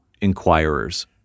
inquirers